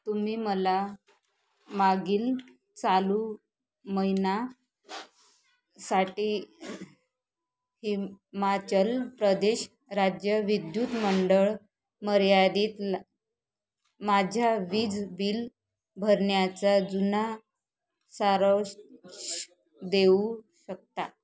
तुम्ही मला मागील चालू महिना साठी हिमाचल प्रदेश राज्य विद्युत मंडळ मर्यादितला माझ्या वीज बिल भरण्याचा जुना सारांश देऊ शकता